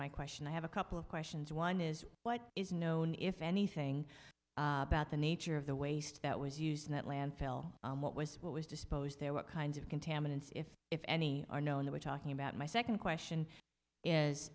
my question i have a couple of questions one is what is known if anything about the nature of the waste that was used in that landfill what was what was disposed there what kinds of contaminants if if any are no and we're talking about my second question is